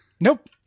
Nope